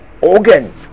organ